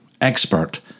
expert